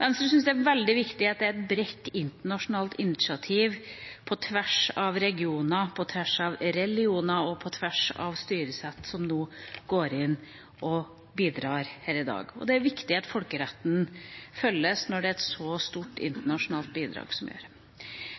Venstre syns det er veldig viktig at det er bredt internasjonalt initiativ – på tvers av regioner, på tvers av religioner og på tvers av styresett – som nå går inn og bidrar her i dag. Og det er viktig at folkeretten følges når det dreier seg om et så stort internasjonalt bidrag.